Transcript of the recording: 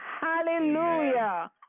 hallelujah